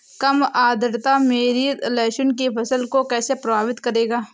कम आर्द्रता मेरी लहसुन की फसल को कैसे प्रभावित करेगा?